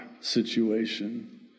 situation